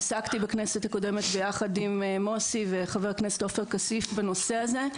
עסקתי בכנסת הקודמת ביחד עם מוסי וחבר הכנסת עופר כסיף בנושא הזה.